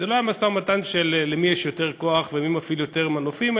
זה לא היה משא-ומתן של למי יש יותר כוח ומי מפעיל יותר מנופים,